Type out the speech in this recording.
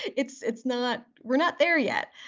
it's it's not we're not there yet.